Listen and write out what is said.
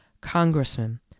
congressman